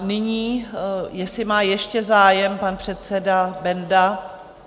Nyní jestli má ještě zájem pan předseda Benda?